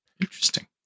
Interesting